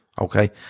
Okay